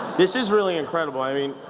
this is really incredible, i mean.